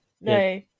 No